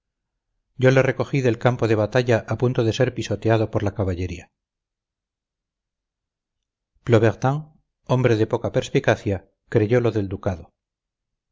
yo le recogí del campo de batalla a punto de ser pisoteado por la caballería plobertin hombre de poca perspicacia creyó lo del ducado